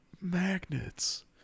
magnets